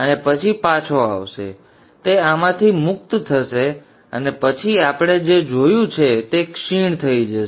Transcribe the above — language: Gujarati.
અને પછી પાછો આવશે તેથી તે આમાંથી મુક્ત થશે અને પછી આપણે જે જોયું છે તે ક્ષીણ થઈ જશે